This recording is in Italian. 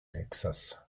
texas